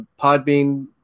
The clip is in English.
Podbean